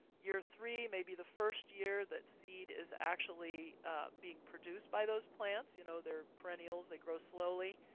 year three may be the first year that seed is actually being produced by those plants. you know, they're perennials. they grow slowly.